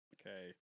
Okay